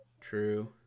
True